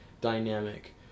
dynamic